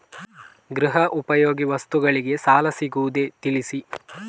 ಗೃಹ ಉಪಯೋಗಿ ವಸ್ತುಗಳಿಗೆ ಸಾಲ ಸಿಗುವುದೇ ತಿಳಿಸಿ?